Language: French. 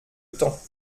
temps